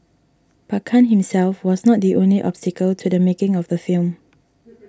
but Khan himself was not the only obstacle to the making of the film